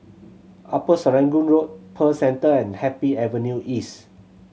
Upper Serangoon Road Pearl Centre and Happy Avenue East